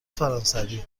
فرانسوی